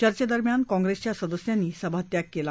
चर्चेदरम्यान कॉंग्रेसच्या सदस्यांनी सभात्याग केला